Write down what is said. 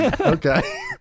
Okay